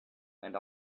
and